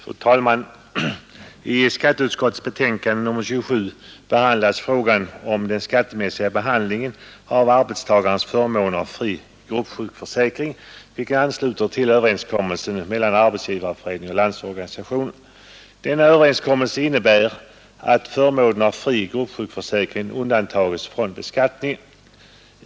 Fru talman! I skatteutskottets betänkande nr 27 behandlas frågan om den skattemässiga behandlingen av arbetstagarnas förmån av fri gruppsjukförsäkring, vilken ansluter till överenskommelsen mellan Arbetsgivareföreningen och Landsorganisationen. Denna överenskommelse innebär att förmånen av fri gruppsjukförsäkring undantages från beskattning.